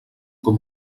com